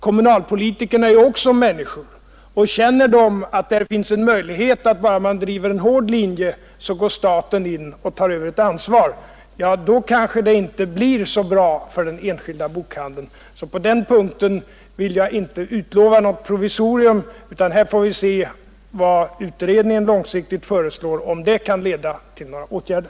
Kommunalpolitikerna är ju också människor, och känner de att bara de driver en hård linje så tar staten över ett ansvar, då kanske det inte blir så bra för den enskilda bokhandeln. På den punkten vill jag inte utlova något provisorium, utan här får vi se vad utredningen långsiktigt föreslår och om det kan leda till några åtgärder.